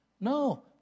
No